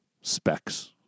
specs